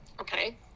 Okay